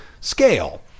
scale